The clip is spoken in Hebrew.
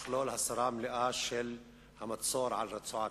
שתכלול הסרה מלאה של המצור על רצועת-עזה.